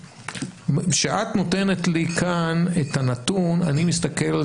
כשאת נותנת לי כאן את הנתון אני מסתכל על